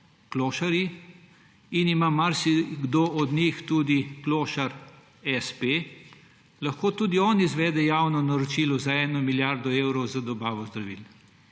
in ima marsikdo od njih, tudi klošar, espe – da tudi on izvede javno naročilo za 1 milijardo evrov za dobavo zdravil.